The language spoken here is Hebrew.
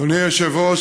אדוני היושב-ראש,